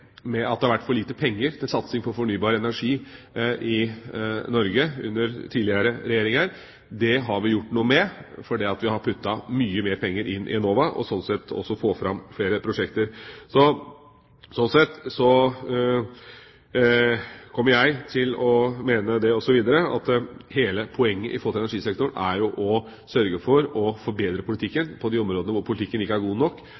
at det har vært for lite penger til satsing på fornybar energi i Norge under tidligere regjeringer. Det har vi gjort noe med, for vi har puttet mye mer penger inn i Enova og sånn sett fått fram flere prosjekter. Jeg mener at hele poenget med tanke på energisektoren er å sørge for å forbedre politikken på de områdene hvor politikken ikke er god nok.